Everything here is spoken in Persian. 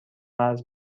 قرض